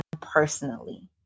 personally